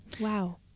Wow